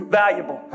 valuable